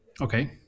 Okay